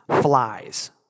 flies